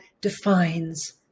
defines